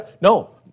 No